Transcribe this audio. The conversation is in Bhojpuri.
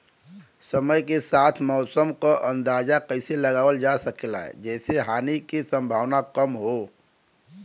समय के साथ मौसम क अंदाजा कइसे लगावल जा सकेला जेसे हानि के सम्भावना कम हो?